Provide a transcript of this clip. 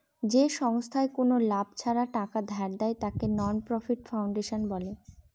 যে সংস্থায় কোনো লাভ ছাড়া টাকা ধার দেয়, তাকে নন প্রফিট ফাউন্ডেশন বলে